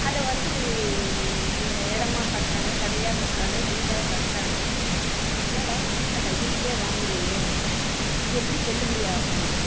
அதை வந்து எ இடமா கட்டுறாங்க கடையாக கட்டுறாங்க வீடாக கட்டுறாங்க என்னடா நம்மகிட்ட கையெழுத்தே வாங்கலையே இது எப்படி செல்லுபடி ஆகும்